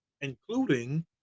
including